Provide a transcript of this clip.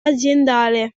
aziendale